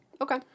Okay